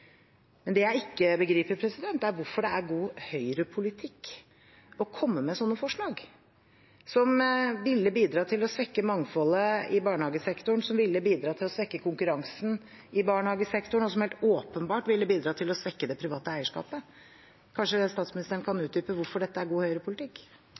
men det jeg ikke begriper, er hvorfor det er god Høyre-politikk å komme med sånne forslag, som ville bidratt til å svekke mangfoldet i barnehagesektoren, som ville bidratt til å svekke konkurransen i barnehagesektoren, og som helt åpenbart ville bidratt til å svekke det private eierskapet. Kanskje statsministeren kan